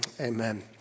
Amen